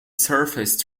surface